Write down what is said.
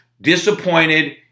disappointed